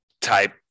type